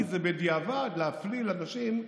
כי זה בדיעבד להפליל אנשים,